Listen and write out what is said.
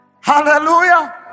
Hallelujah